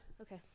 okay